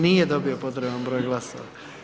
Nije dobio potreban broj glasova.